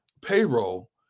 payroll